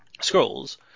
scrolls